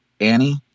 Annie